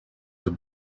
the